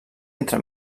entre